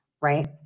right